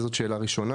זו שאלה ראשונה.